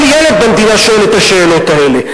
כל ילד במדינה שואל את השאלות האלה.